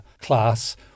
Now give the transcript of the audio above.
class